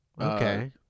Okay